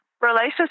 relationship